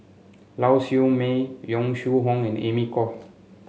Lau Siew Mei Yong Shu Hoong and Amy Khor